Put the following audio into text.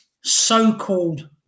so-called